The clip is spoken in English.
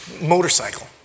motorcycle